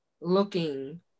looking